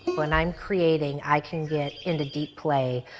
when i'm creating, i can get into deep play,